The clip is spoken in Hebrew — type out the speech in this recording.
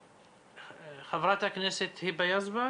חברת הכנסת היבה יזבק.